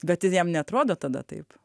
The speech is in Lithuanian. bet jam neatrodo tada taip